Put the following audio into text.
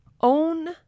Own